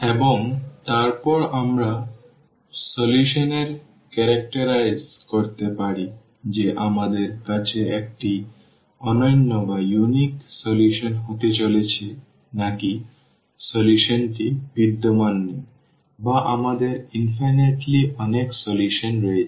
এবং তারপরে আমরা সমাধান এর বৈশিষ্ট্য করতে পারি যে আমাদের কাছে একটি অনন্য সমাধান হতে চলেছে নাকি সমাধানটি বিদ্যমান নেই বা আমাদের অসীম অনেক সমাধান রয়েছে